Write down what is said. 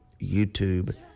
YouTube